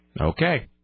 Okay